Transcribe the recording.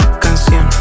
canción